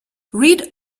read